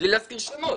בלי להזכיר שמות.